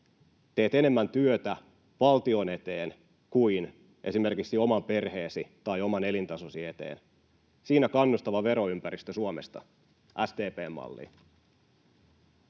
Teet enemmän työtä valtion eteen kuin esimerkiksi oman perheesi tai oman elintasosi eteen. Siinä kannustavaa veroympäristöä Suomesta SDP:n malliin.